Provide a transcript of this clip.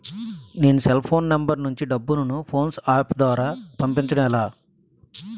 నేను cell phone number నుంచి డబ్బును ను ఫోన్పే అప్ ద్వారా పంపించడం ఎలా?